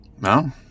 No